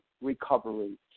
recovery